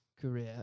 career